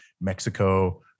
Mexico